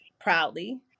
proudly